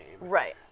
Right